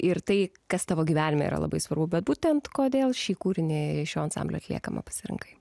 ir tai kas tavo gyvenime yra labai svarbu bet būtent kodėl šį kūrinį šio ansamblio atliekamą pasirinkai